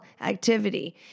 activity